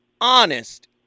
honest